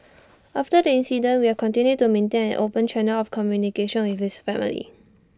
after the incident we have continued to maintain an open channel of communication with his family